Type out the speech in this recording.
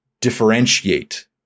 differentiate